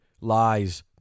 lies